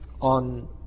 On